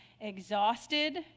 exhausted